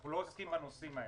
אנחנו לא עוסקים בנושאים האלה.